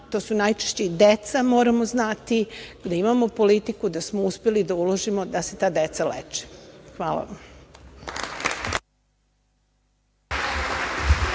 to su najčešće i deca, moramo znati, gde imamo politiku da smo uspeli da uložimo da se ta deca leče. Hvala vam.